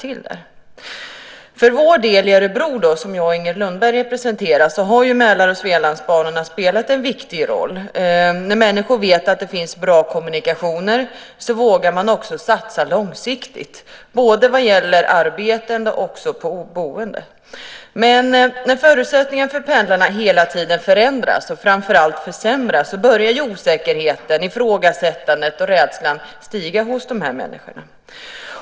Inger Lundberg och jag representerar Örebro, och där har Mälar och Svealandsbanorna spelat en viktig roll. När människor vet att det finns bra kommunikationer vågar de också satsa långsiktigt både vad gäller arbete och boende. Men när förutsättningarna för pendlarna hela tiden förändras och framför allt försämras börjar osäkerheten, ifrågasättandet och rädslan att stiga hos dessa människor.